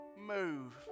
move